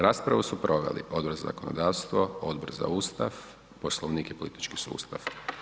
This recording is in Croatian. Raspravu su proveli Odbor za zakonodavstvo, Odbor za Ustav, Poslovnik i politički sustav.